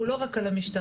הוא לא רק על המשטרה.